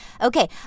Okay